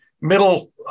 middle